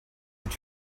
that